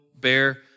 bear